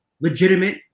legitimate